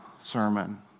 sermon